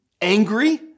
Angry